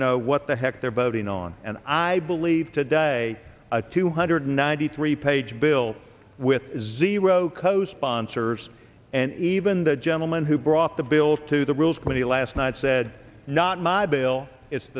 know what the heck they're voting on and i believe today a two hundred ninety three page bill with zero co sponsors and even the gentleman who brought the bill to the rules committee last night said not